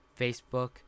Facebook